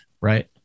right